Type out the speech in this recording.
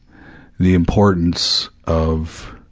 the importance of